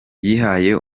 yihaye